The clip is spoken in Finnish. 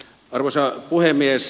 arvoisa puhemies